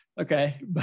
Okay